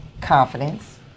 confidence